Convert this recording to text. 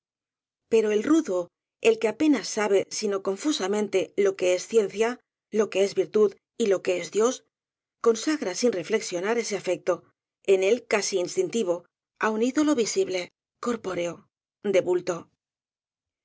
pero el rudo el que ape nas sabe sino confusamente lo que es ciencia lo que es virtud y lo que es dios consagra sin refle xionar ese afecto en él casi instintivo á un ídolo visible corpóreo de bulto